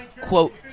quote